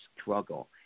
struggle